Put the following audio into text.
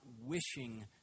wishing